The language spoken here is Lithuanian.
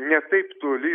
ne taip toli